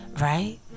right